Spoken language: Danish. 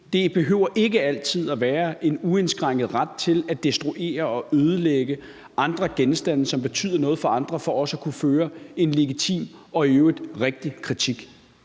Det behøver ikke altid at være en uindskrænket ret til at destruere og ødelægge andre genstande, som betyder noget for andre, for også at kunne føre en legitim og i øvrigt rigtig kritik.